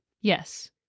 Yes